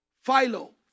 Philo